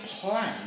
plan